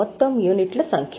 మొత్తం యూనిట్ల సంఖ్య